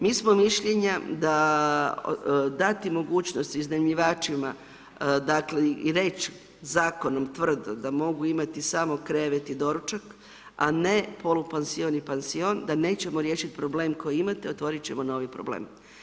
Mi smo mišljenja da dati mogućnost iznajmljivačima dakle, i reć zakonom tvrdo da mogu imati samo krevet i doručak, a ne polupansion i pansion da nećemo riješit problem koji imate, otvorit ćemo novi problem.